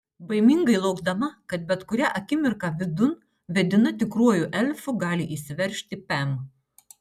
baimingai laukdama kad bet kurią akimirką vidun vedina tikruoju elfu gali įsiveržti pem